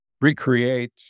recreate